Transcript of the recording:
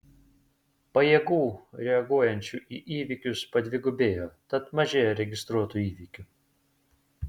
pajėgų reaguojančių į įvykius padvigubėjo tad mažėja registruotų įvykių